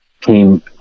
came